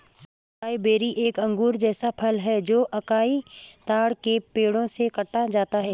acai berry एक अंगूर जैसा फल है जो अकाई ताड़ के पेड़ों से काटा जाता है